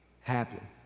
happen